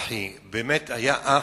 באמת היה אח.